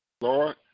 Lord